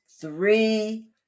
three